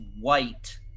white